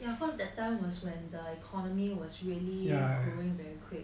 ya cause that time was when the economy was really growing very quick